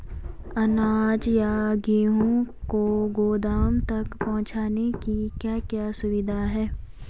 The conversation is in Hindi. अनाज या गेहूँ को गोदाम तक पहुंचाने की क्या क्या सुविधा है?